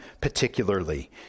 particularly